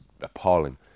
appalling